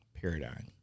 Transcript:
paradigm